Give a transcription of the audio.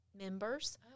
members